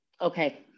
okay